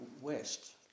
west